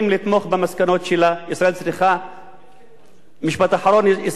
משפט אחרון, ישראל צריכה להסתכל רחוק.